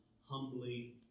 humbly